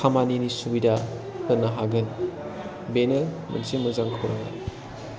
खामानिनि सुबिदा होनो हागोन बेनो मोनसे मोजां खौरां